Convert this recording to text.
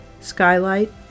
skylight